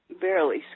barely